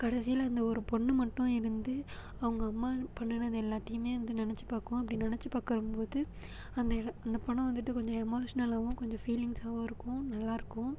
கடைசியில அந்த ஒரு பொண்ணு மட்டும் இருந்து அவங்க அம்மா பண்ணுனது எல்லாத்தையுமே வந்து நினச்சு பார்க்கும் அப்படி நினச்சி பார்க்கறம்போது அந்த எட அந்த படம் வந்துட்டு கொஞ்சம் எமோஷ்னலாகவும் கொஞ்சம் ஃபீலிங்ஸாகவும் இருக்கும் நல்லா இருக்கும்